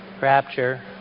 rapture